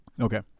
Okay